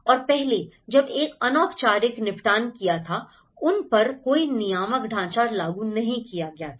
और पहले जब एक अनौपचारिक निपटान ठीक था उन पर कोई नियामक ढांचा लागू नहीं किया गया था